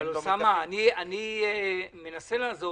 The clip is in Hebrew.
אני מנסה לעזור